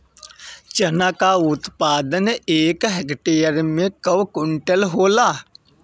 चना क उत्पादन एक हेक्टेयर में कव क्विंटल होला?